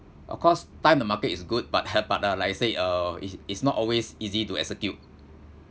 of course time the market is good but but like I say uh it's it's not always easy to execute